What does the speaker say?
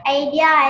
idea